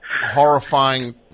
horrifying